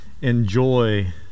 enjoy